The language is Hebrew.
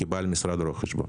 כבעל משרד רואי-חשבון.